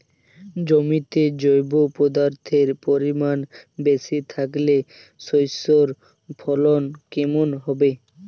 জমিতে জৈব পদার্থের পরিমাণ বেশি থাকলে শস্যর ফলন কেমন হবে?